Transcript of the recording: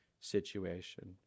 situation